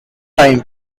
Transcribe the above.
time